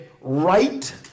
right